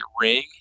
ring